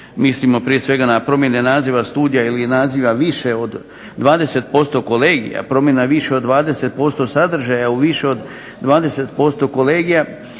mislimo prije svega na promjene naziva studija ili naziva više od 20% kolegija, promjena više od 20% sadržaja u više od 20% kolegija,